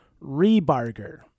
Rebarger